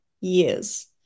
years